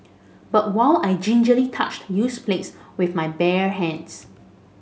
but while I gingerly touched used plates with my bare hands